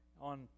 on